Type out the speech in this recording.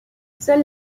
seule